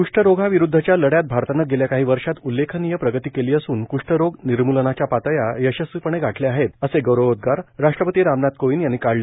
कष्ठरोगाविरूद्वच्या लढ्यात भारतानं गेल्या काही वर्षात उल्लेखनीय प्रगती केली असून कृष्ठरोग निर्मुलनाच्या पातळ्या यशस्वीपणे गाठल्या आहेत असे गौरवोदगार राष्ट्रपती रामनाथ कोविंद यांनी काढले